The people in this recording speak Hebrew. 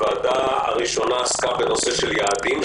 הוועדה הראשונה עסקה ביעדים,